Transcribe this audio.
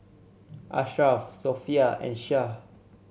Ashraf Sofea and Shah